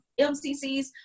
mccs